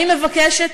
אני מבקשת